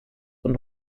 und